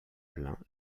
plein